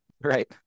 right